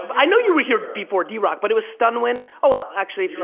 i know you were here before drock, but it was stunwin? oh, well, actually if you're.